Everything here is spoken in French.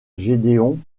gédéon